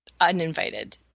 uninvited